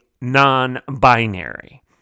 non-binary